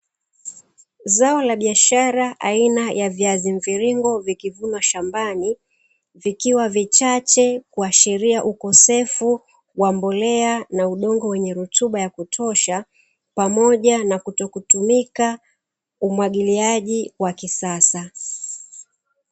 Zao la biashara aina ya viazi mviringo vikivunwa shambani vikiwa vichache kuashiria ukosefu wa mbolea na udongo wenye rutuba ya kutosha pamoja na kutokutumika umwagiliaji wa kisasa.